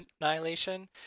Annihilation